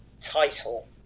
title